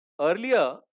earlier